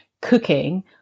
cooking